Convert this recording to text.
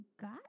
got